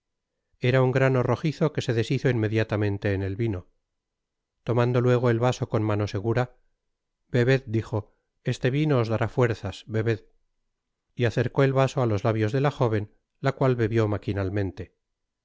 era un grano rojizo que se deshizo inmediatamente en el vino tomando luego el vaso con mano segura bebed dijo este vino os dará fuerzas bebed y acercó el vaso á los labios de la jóven la cual bebió maquinalmente